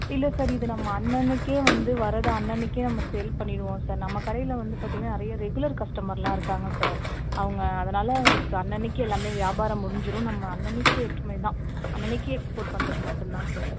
இல்லை சார் இது நம்ம அன்னன்னைக்கே வந்து வரதை அன்னன்னைக்கே நம்ம சேல் பண்ணிடுவோம் சார் நம்ம கடையில் வந்து பார்த்திங்கன்னா நிறைய ரெகுலர் கஸ்டமர்லாம் இருக்காங்க சார் அவங்க அதனால் நமக்கு அன்னன்னைக்கு எல்லாமே வியாபாரம் முடிஞ்சிடும் நம்ம அன்னன்னைக்கு ஏற்றுமதி தான் அன்னன்னைக்கு எக்ஸ்போர்ட் பண்ணுறது மட்டும்தான் சார்